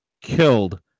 killed